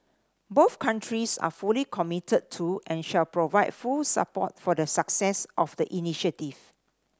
both countries are fully committed to and shall provide full support for the success of the initiative